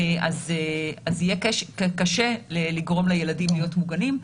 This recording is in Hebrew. יהיה קשה לגרום לילדים להיות מוגנים.